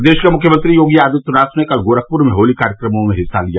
प्रदेश के मुख्यमंत्री योगी आदित्यनाथ ने कल गोरखपुर में होली कार्यक्रमों में हिस्सा लिया